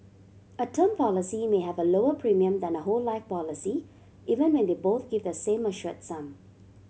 a term policy may have a lower premium than a whole life policy even when they both give the same assured sum